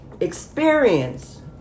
experience